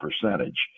percentage